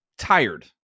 tired